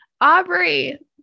Aubrey